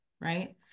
right